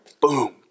boom